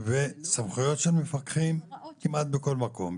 וסמכויות של מפקחים כמעט בכל מקום.